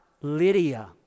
Lydia